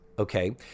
okay